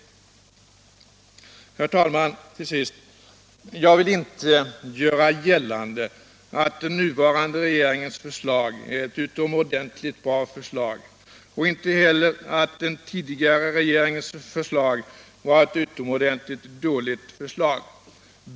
Jag vill till sist säga, herr talman, att jag inte vill göra gällande att den nuvarande regeringens förslag är ett utomordentligt bra förslag, inte heller att den tidigare regeringens förslag var utomordentligt dåligt.